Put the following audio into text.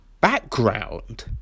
background